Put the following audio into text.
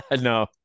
No